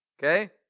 Okay